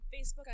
Facebook